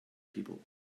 people